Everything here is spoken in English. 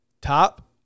top